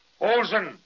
Olsen